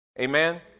Amen